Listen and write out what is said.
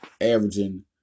averaging